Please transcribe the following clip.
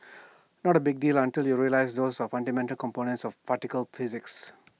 not A big deal until you realise those are fundamental components of particle physics